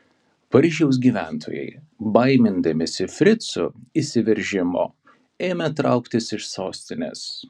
paryžiaus gyventojai baimindamiesi fricų įsiveržimo ėmė trauktis iš sostinės